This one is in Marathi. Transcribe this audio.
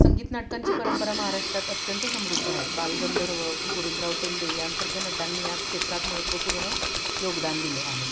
संगीत नाटकांची परंपरा महाराष्ट्रात अत्यंत समृद्ध आहे बालगंधर्व गोविंदराव टेंबे यांसारख्या नटांनी या क्षेत्रात महत्त्वपूर्ण योगदान दिले आहे